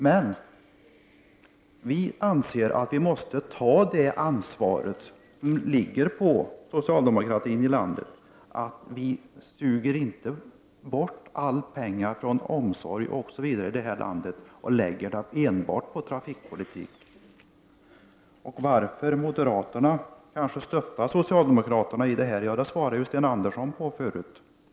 Men vi anser att vi måste ta det ansvar som ligger på socialdemokratin — att vi inte skall ta alla pengar från omsorg osv. och lägga dem enbart på trafikpolitik. Frågan varför moderaterna kanske stöttar socialdemokraterna i detta sammanhang svarade ju Sten Andersson i Malmö på förut.